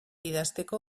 idazteko